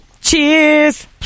Cheers